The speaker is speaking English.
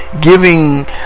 giving